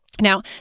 Now